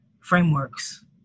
frameworks